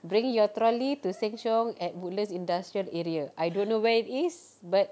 bring your trolley to Sheng Siong at woodlands industrial area I don't know where it is but